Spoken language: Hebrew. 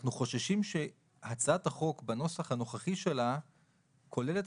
אנחנו חוששים שהצעת החוק בנוסח הנוכחי שלה כוללת